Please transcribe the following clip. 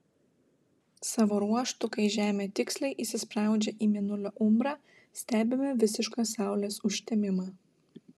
savo ruožtu kai žemė tiksliai įsispraudžia į mėnulio umbrą stebime visišką saulės užtemimą